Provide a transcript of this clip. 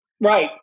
Right